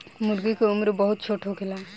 मूर्गी के उम्र बहुत छोट होखेला